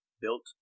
built